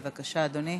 בבקשה, אדוני.